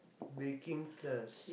baking class